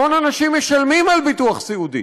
המון אנשים משלמים על ביטוח סיעודי